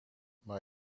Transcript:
maar